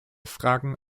fragen